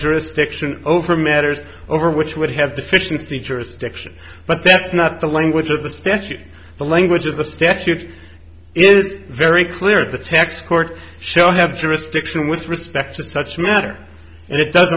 jurisdiction over matters over which would have deficiency jurisdiction but that's not the language of the statute the language of the statute is very clear of the texas court so have jurisdiction with respect to such matter and it doesn't